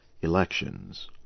elections